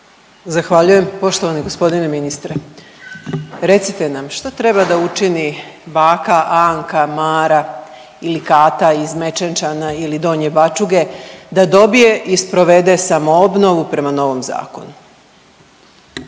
Zahvaljujem. Poštovani g. ministre, recite nam šta treba da učini baka Anka, Mara ili Kata iz Mečenčana ili Donje Bačuge da dobije i sprovede samoobnovu prema novom zakonu?